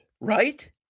right